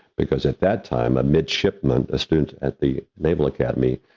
because at that time a midshipman, a student at the naval academy,